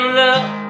love